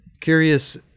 Curious